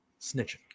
snitching